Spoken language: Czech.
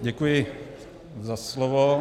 Děkuji za slovo.